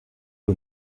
aux